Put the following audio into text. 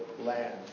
land